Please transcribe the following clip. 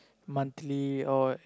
monthly or